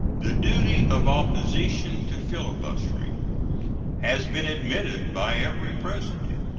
the duty of opposition to filibustering has been admitted by every president.